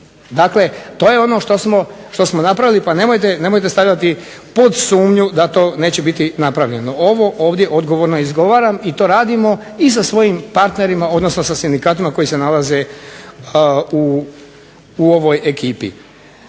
Dakle, to je ono što smo napravili pa nemojte stavljati pod sumnju da to neće biti napravljeno. Ovo ovdje odgovorno izgovaram i to radimo i sa svojim partnerima odnosno sindikatima koji se nalaze u ovoj ekipi.